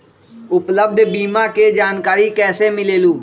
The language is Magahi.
उपलब्ध बीमा के जानकारी कैसे मिलेलु?